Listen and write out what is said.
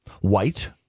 White